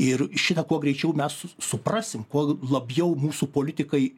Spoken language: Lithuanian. ir šitą kuo greičiau mes suprasim kuo labiau mūsų politikai